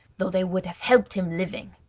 though they would have helped him living.